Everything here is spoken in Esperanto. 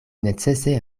necese